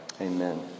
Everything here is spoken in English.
Amen